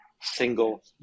single